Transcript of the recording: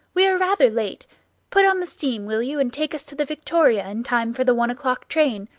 we are rather late put on the steam, will you, and take us to the victoria in time for the one o'clock train?